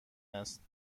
است